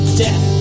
death